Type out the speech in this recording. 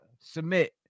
submit